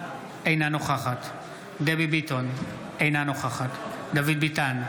אינה נוכחת דבי ביטון, אינה נוכחת דוד ביטן,